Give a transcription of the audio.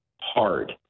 Hard